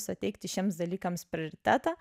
suteikti šiems dalykams prioritetą